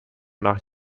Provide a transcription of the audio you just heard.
nach